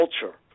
culture